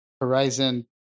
Horizon